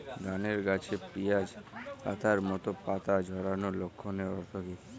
ধানের গাছে পিয়াজ পাতার মতো পাতা বেরোনোর লক্ষণের অর্থ কী?